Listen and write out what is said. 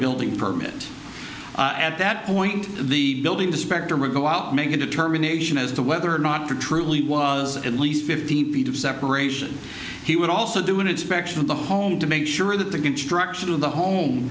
building permit at that point the building the specter or go out make a determination as to whether or not to truly was at least fifteen feet of separation he would also do an inspection of the home to make sure that the construction of the home